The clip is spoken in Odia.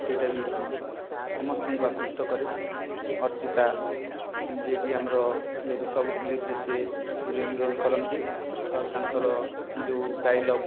ସେଇଟା ବି ସମସ୍ତଙ୍କୁ ଆକୃଷ୍ଟ କରେ ଅର୍ଚ୍ଚିତା ଯେ କି ଆମର ବେଶି ସବୁ ଫିଲ୍ମରେ ସେ ହିରୋଇନ ରୋଲ କରନ୍ତି ଆଉ ତାଙ୍କର ଯେଉଁ ଡାଇଲଗ